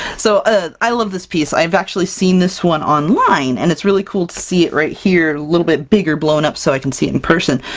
so ah i love this piece! i've actually seen this one online, and it's really cool to see it right here, a little bit bigger, blown up so i can see it in person.